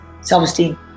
self-esteem